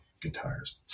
guitars